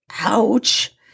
ouch